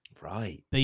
Right